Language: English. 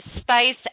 space